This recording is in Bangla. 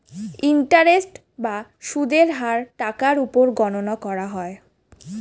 ইন্টারেস্ট বা সুদের হার টাকার উপর গণনা করা হয়